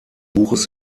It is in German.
buches